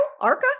arca